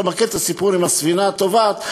אתה מכיר את הסיפור עם הספינה הטובעת,